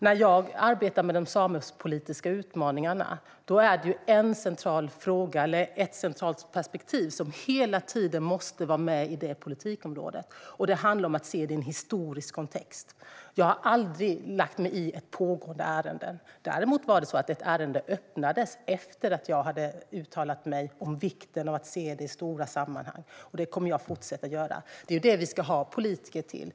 När jag arbetar med de samepolitiska utmaningarna är det en central fråga eller ett centralt perspektiv som hela tiden måste finnas med på det politikområdet, och det är att se det i en historisk kontext. Jag har aldrig lagt mig i ett pågående ärende. Däremot var det så att ett ärende öppnades efter att jag hade uttalat mig om vikten av att se det stora sammanhanget. Det kommer jag att fortsätta göra. Det är ju det vi ska ha politiker till.